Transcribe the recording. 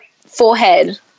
forehead